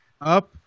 Up